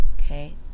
okay